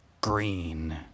green